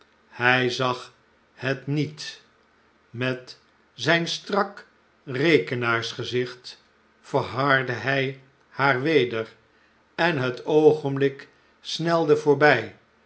hij zag het n i e t met zijn strak rekenaarsgezicht verhardde hij haar weder en het oogenblik snelde voorbij